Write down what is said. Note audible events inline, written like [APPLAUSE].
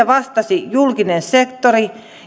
[UNINTELLIGIBLE] vastasi julkinen sektori